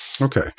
Okay